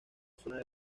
zona